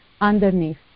underneath